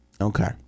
Okay